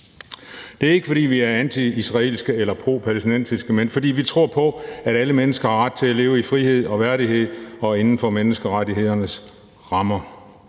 Det er ikke, fordi vi er antiisraelske eller propalæstinensiske, men fordi vi tror på, at alle mennesker har ret til at leve i frihed og værdighed og inden for menneskerettighedernes rammer,